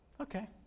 okay